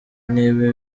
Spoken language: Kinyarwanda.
niba